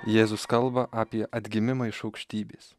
jėzus kalba apie atgimimą iš aukštybės